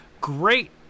Great